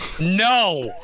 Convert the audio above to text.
no